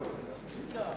המטען.